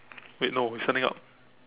wait no it's standing up